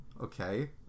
Okay